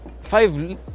five